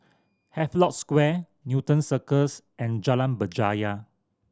Havelock Square Newton Circus and Jalan Berjaya